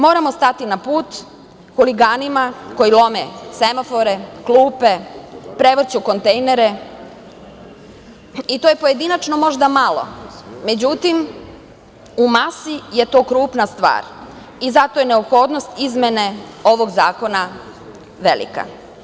Moramo stati na put huliganima koji lome semafore, klupe, prevrću kontejnere i to je pojedinačno možda malo, međutim, u masi je to krupna stvar i zato je neophodnost izmene ovog zakona velika.